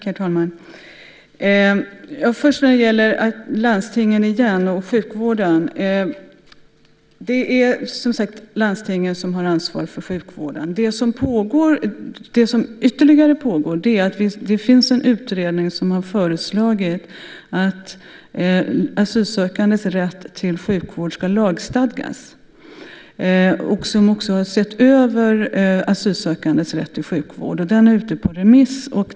Herr talman! Jag tar först frågan om landstingen och sjukvården. Det är som sagt landstingen som har ansvaret för sjukvården. Det finns en utredning som har föreslagit att asylsökandes rätt till sjukvård ska lagstadgas. Utredningen har sett över asylsökandes rätt till sjukvård. Utredningen är ute på remiss.